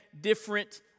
different